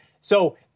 so-